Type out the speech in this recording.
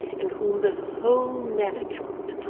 in whom the whole management,